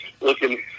looking